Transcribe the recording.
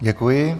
Děkuji.